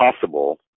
possible